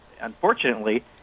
unfortunately